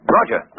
Roger